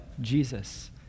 Jesus